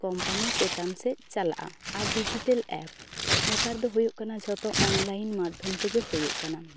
company ᱪᱟᱛᱟᱱ ᱥᱮᱡ ᱪᱟᱞᱟᱜᱼᱟ ᱟᱨ ᱰᱤᱡᱤᱴᱮᱞ ᱮᱯ ᱱᱮᱛᱟᱨ ᱫᱚ ᱦᱩᱭᱩᱜ ᱠᱟᱱᱟ ᱡᱚᱛᱚ ᱚᱱᱞᱟᱭᱤᱱ ᱢᱟᱫᱷᱚᱢᱛᱮᱜᱮ ᱦᱩᱭᱩᱜ ᱠᱟᱱᱟ